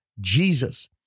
Jesus